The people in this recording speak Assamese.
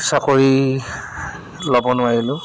চাকৰি ল'ব নোৱাৰিলোঁ